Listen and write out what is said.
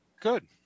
good